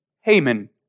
Haman